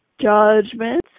judgment